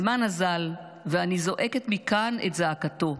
הזמן אזל, ואני זועקת מכאן את זעקתו.